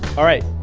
all right.